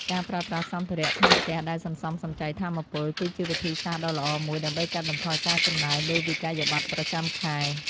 ការប្រើប្រាស់សម្ភារៈក្នុងផ្ទះដែលសន្សំសំចៃថាមពល គឺជាវិធីសាស្ត្រដ៏ល្អមួយដើម្បីកាត់បន្ថយការចំណាយលើវិក្កយបត្រប្រចាំខែ។